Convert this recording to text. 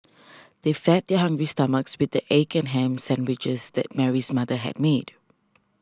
they fed their hungry stomachs with the egg and ham sandwiches that Mary's mother had made